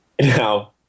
Now